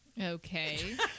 Okay